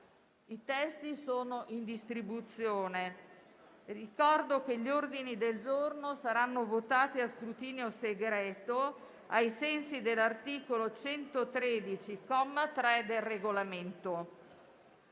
intendono illustrati. Ricordo che gli ordini del giorno saranno votati a scrutinio segreto, ai sensi dell'articolo 113, comma 3, del Regolamento.